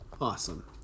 awesome